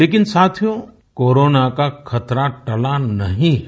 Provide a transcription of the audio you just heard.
लेकिन साथियो कोरोना का खतरा टला नहीं है